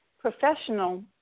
professional